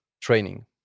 training